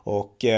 och